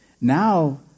now